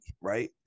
right